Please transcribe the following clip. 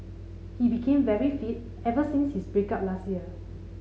he became very fit ever since his break up last year